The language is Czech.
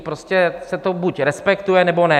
Prostě se to buď respektuje, nebo ne.